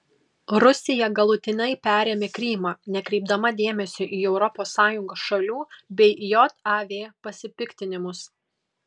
rusija galutinai perėmė krymą nekreipdama dėmesio į europos sąjungos šalių bei jav pasipiktinimus